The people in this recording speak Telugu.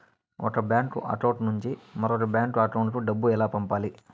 ఒక బ్యాంకు అకౌంట్ నుంచి మరొక బ్యాంకు అకౌంట్ కు డబ్బు ఎలా పంపాలి